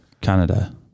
Canada